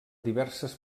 diverses